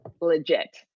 legit